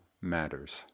matters